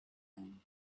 time